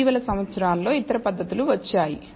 ఇటీవలి సంవత్సరాలలో ఇతర పద్ధతులు వచ్చాయి